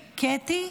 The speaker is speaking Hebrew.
--- קֵטי?